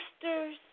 sisters